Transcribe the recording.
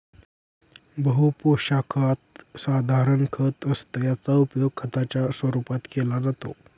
बहु पोशाखात साधारण खत असतं याचा उपयोग खताच्या रूपात केला जातो